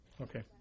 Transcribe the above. okay